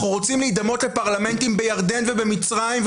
אנחנו רוצים להידמות לפרלמנטים בירדן ובמצרים,